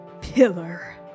pillar